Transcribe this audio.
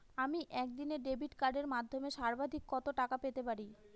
আমি একদিনে ডেবিট কার্ডের মাধ্যমে সর্বাধিক কত টাকা পেতে পারি?